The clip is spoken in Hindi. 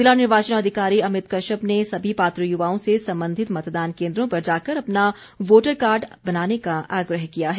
जिला निर्वाचन अधिकारी अमित कश्यप ने सभी पात्र युवाओं से संबंधित मतदान केंद्रों पर जाकर अपना वोटर कार्ड बनाने का आग्रह किया है